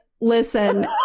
listen